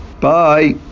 Bye